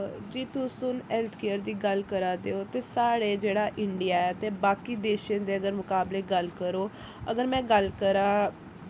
जी तुस हून health care दी गल्ल करै दे ओ ते साढ़े जेह्ड़ा इंडिया ऐ ते बाकी देशें दी अगर मुकाबले गल्ल करो अगर में गल्ल करां